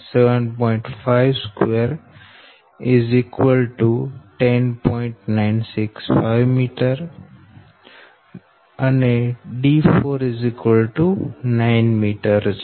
965 m d4 9 m છે